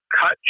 cut